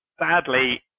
sadly